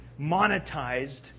monetized